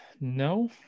no